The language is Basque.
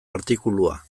artikulua